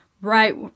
right